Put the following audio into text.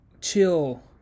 chill